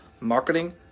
marketing